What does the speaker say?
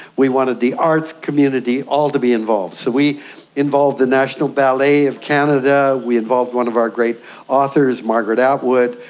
we wanted the arts community all to be involved. so we involved the national ballet of canada, we involved one of our great authors, margaret atwood,